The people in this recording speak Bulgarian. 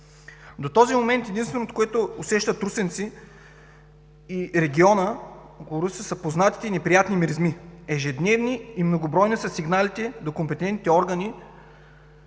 До този момент единственото, което усещат русенци и регионът, са познатите неприятни миризми. Ежедневни и многобройни са сигналите до компетентните органи